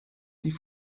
die